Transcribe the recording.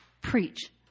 Preach